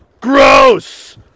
Gross